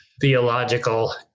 theological